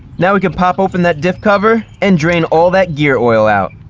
now we can pop open that diff cover and drain all that gear oil out.